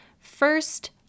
first